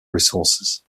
resources